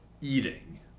eating